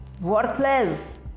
worthless